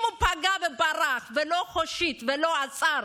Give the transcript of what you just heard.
אם הוא פגע וברח, ולא הושיט ולא עצר